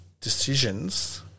decisions